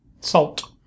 Salt